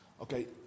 Okay